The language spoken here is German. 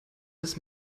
des